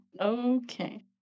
Okay